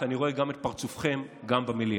כי אני רואה את פרצופכם גם במליאה.